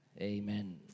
Amen